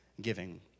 giving